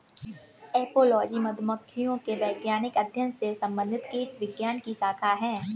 apiology मधुमक्खियों के वैज्ञानिक अध्ययन से संबंधित कीटविज्ञान की शाखा है